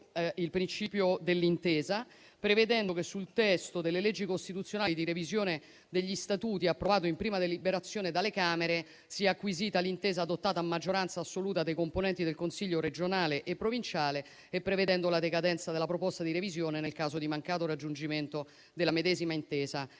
il principio dell'intesa, prevedendo che sul testo delle leggi costituzionali di revisione degli Statuti, approvato in prima deliberazione dalle Camere, sia acquisita l'intesa adottata a maggioranza assoluta dei componenti del Consiglio regionale e provinciale, prevedendo la decadenza della proposta di revisione nel caso di mancato raggiungimento della medesima intesa